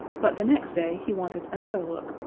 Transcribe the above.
but the next day he wanted another look,